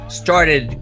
started